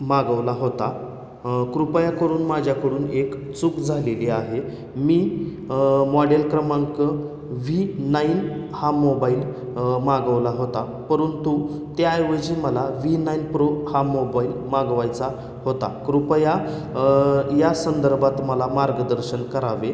मागवला होता कृपया करून माझ्याकडून एक चूक झालेली आहे मी मॉड्येल क्रमांक व्ही नाईन हा मोबाईल मागवला होता परंतु त्याऐवजी मला व्हि नाइन प्रो हा मोबाइल मागवायचा होता कृपया या संदर्भात मला मार्गदर्शन करावे